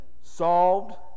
solved